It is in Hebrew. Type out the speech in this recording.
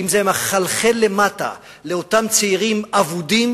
האם זה מחלחל למטה לאותם צעירים אבודים,